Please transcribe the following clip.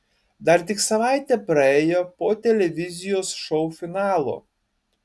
dar tik savaitė praėjo po televizijos šou finalo